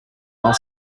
while